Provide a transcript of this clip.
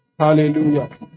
Hallelujah